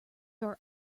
are